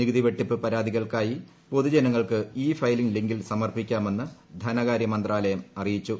നികുതി വെട്ടിപ്പ് പരാതികൾക്കായി പൊതുജനങ്ങൾക്ക് ഇ ഫയലിംഗ് ലിങ്കിൽ സമർപ്പിക്കാമെന്ന് ധനകാര്യ മന്ത്രാലയം അറിയിച്ചു